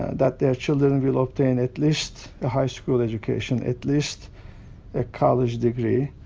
that their children will obtain at least a high school education, at least a college degree.